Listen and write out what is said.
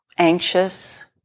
anxious